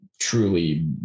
truly